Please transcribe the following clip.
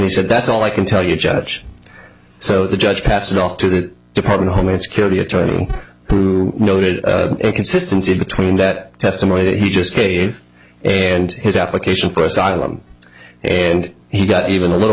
he said that all i can tell you judge so the judge passed it off to the department of homeland security attorney noted a consistency between that testimony that he just paid and his application for asylum and he got even a little